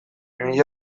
mila